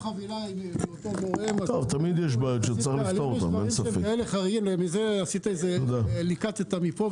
אם החברה היא מאותו גורם --- יש דברים חריגים וליקטת מפה ומשם.